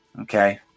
okay